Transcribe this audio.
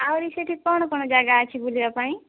ଆହୁରି ସେଠି କଣ କଣ ଯାଗା ଅଛି ବୁଲିବା ପାଇଁ